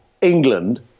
England